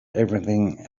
everything